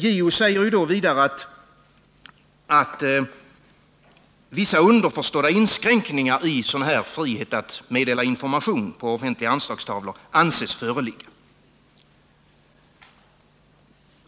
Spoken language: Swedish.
— JO säger vidare: ”Vissa underförstådda inskränkningar anses dock föreligga.